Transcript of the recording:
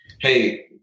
Hey